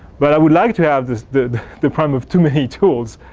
but i would like to have this the the problem of too many tools.